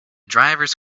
drivers